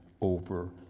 over